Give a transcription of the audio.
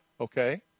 okay